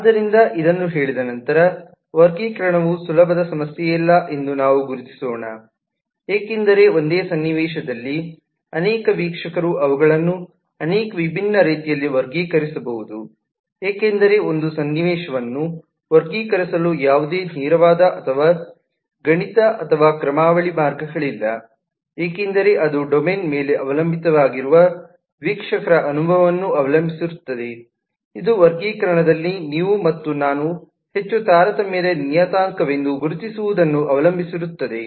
ಆದ್ದರಿಂದ ಇದನ್ನು ಹೇಳಿದ ನಂತರ ವರ್ಗೀಕರಣವು ಸುಲಭದ ಸಮಸ್ಯೆಯಲ್ಲ ಎಂದು ನಾವು ಗುರುತಿಸೋಣ ಏಕೆಂದರೆ ಒಂದೇ ಸನ್ನಿವೇಶದಲ್ಲಿ ಅನೇಕ ವೀಕ್ಷಕರು ಅವುಗಳನ್ನು ಅನೇಕ ವಿಭಿನ್ನ ರೀತಿಯಲ್ಲಿ ವರ್ಗೀಕರಿಸಬಹುದು ಏಕೆಂದರೆ ಒಂದು ಸನ್ನಿವೇಶವನ್ನು ವರ್ಗೀಕರಿಸಲು ಯಾವುದೇ ನೇರವಾದ ಅಥವಾ ಗಣಿತ ಅಥವಾ ಕ್ರಮಾವಳಿ ಮಾರ್ಗಗಳಿಲ್ಲ ಏಕೆಂದರೆ ಅದು ಡೊಮೇನ್ನ ಮೇಲೆ ಅವಲಂಬಿತವಾಗಿರುವ ವೀಕ್ಷಕರ ಅನುಭವವನ್ನು ಅವಲಂಬಿಸಿರುತ್ತದೆ ಇದು ವರ್ಗೀಕರಣದಲ್ಲಿ ನೀವು ಮತ್ತು ನಾನು ಹೆಚ್ಚು ತಾರತಮ್ಯದ ನಿಯತಾಂಕವೆಂದು ಗುರುತಿಸುವದನ್ನು ಅವಲಂಬಿಸಿರುತ್ತದೆ